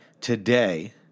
today